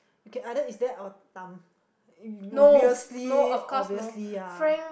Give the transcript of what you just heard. okay either it's that or Tham it obviously obviously ah